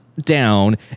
down